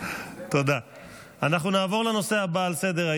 אין מתנגדים, אין נמנעים.